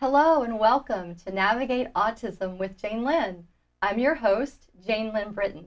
hello and welcome to navigate autism with jane land i'm your host jane little britain